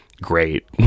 great